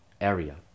area